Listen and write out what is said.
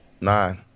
Nine